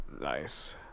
nice